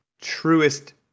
truest